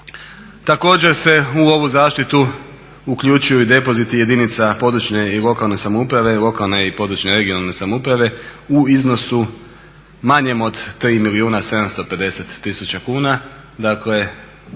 Također se u ovu zaštitu uključuju i depoziti jedinica područne i lokalne samouprave lokalne i područne,